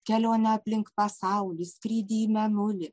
kelionę aplink pasaulį skrydį į mėnulį